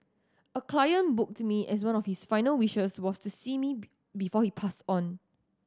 a client booked me as one of his final wishes was to see me before he passed on